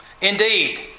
Indeed